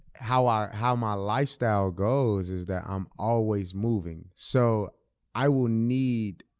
how um how my lifestyle goes is that i'm always moving. so i will need,